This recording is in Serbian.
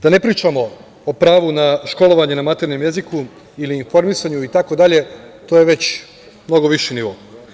Da ne pričamo o pravu na školovanje na maternjem jeziku ili informisanju itd. to je već mnogo viši nivo.